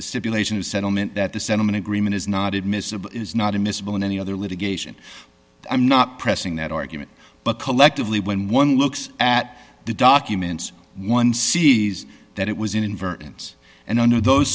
simulation of settlement that the settlement agreement is not admissible is not admissible in any other litigation i'm not pressing that argument but collectively when one looks at the documents one sees that it was inadvertent and under those